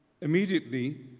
Immediately